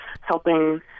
helping